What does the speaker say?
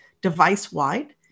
device-wide